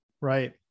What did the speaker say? Right